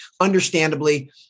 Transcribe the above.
understandably